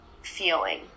feeling